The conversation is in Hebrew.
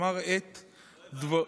לא מבינים.